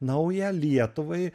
naują lietuvai